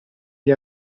gli